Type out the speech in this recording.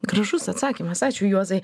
gražus atsakymas ačiū juozai